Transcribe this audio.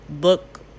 look